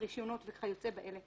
היא תפנה להחלטת הוועדה.